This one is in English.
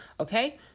Okay